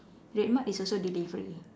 Red Mart is also delivery